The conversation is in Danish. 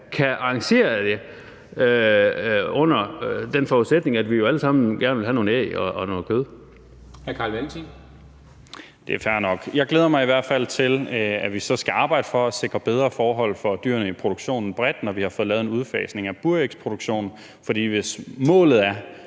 Dam Kristensen): Hr. Carl Valentin. Kl. 13:30 Carl Valentin (SF): Det er fair nok. Jeg glæder mig i hvert fald til, at vi så skal arbejde for at sikre bedre forhold bredt for dyrene i produktionen, når vi har fået lavet en udfasning af burægsproduktionen. For hvis målet er,